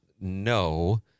no